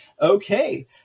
Okay